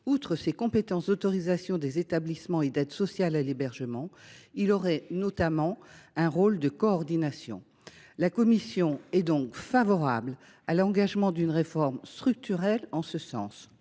outre ses compétences d’autorisation des établissements et d’aide sociale à l’hébergement, il jouerait notamment un rôle de coordination. La commission est donc favorable à l’engagement d’une réforme structurelle en ce sens.